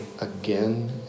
again